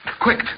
Quick